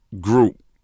group